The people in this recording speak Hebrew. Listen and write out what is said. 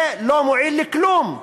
זה לא מועיל לכלום,